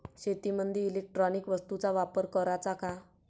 शेतीमंदी इलेक्ट्रॉनिक वस्तूचा वापर कराचा का?